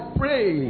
pray